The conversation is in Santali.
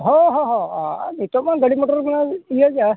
ᱦᱳᱭ ᱦᱳᱭ ᱦᱳᱭ ᱟᱨ ᱱᱤᱛᱚᱜᱼᱢᱟ ᱜᱟᱹᱰᱤ ᱢᱚᱴᱚᱨ ᱤᱭᱟᱹ ᱜᱮᱭᱟ